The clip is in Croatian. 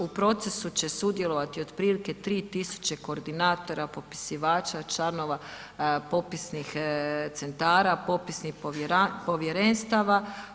U procesu će sudjelovati otprilike 3000 koordinatora, popisivača, članova popisnih centara, popisnih povjerenstava.